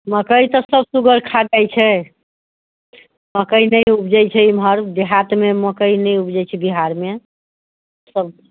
मकै तऽ सब सुगर खा जाइत छै मकै नहि उपजैत छै एमहर देहातमे मकै नहि उपजैत छै बिहारमे सब